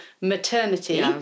maternity